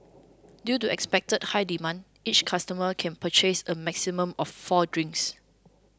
due to expected high demand each customer can purchase a maximum of four drinks